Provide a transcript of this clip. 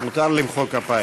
מותר למחוא כפיים.